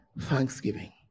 thanksgiving